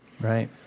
right